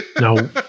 No